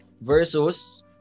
versus